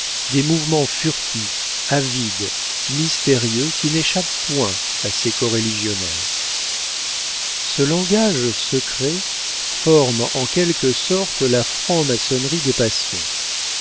des mouvements furtifs avides mystérieux qui n'échappent point à ses coreligionnaires ce langage secret forme en quelque sorte la franc-maçonnerie des passions